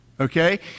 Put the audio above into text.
Okay